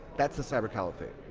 that's the cyber caliphate.